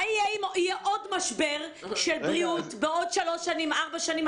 מה אם יהיה עוד משבר בריאות בעוד שלוש שנים או ארבע שנים?